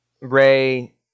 Ray